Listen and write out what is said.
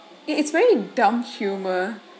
it it's really dumb humor